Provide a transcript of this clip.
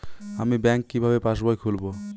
আমি ব্যাঙ্ক কিভাবে পাশবই খুলব?